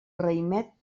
raïmet